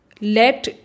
let